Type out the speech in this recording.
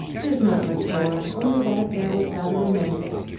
there's not much more only that affair was rather romantic,